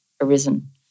arisen